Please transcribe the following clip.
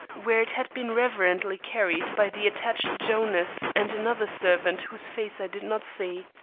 where it had been reverently carried by the attached jonas and another servant whose face i did not see.